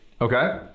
Okay